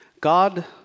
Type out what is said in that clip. God